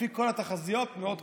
לפי כל התחזיות, מאוד קרוב.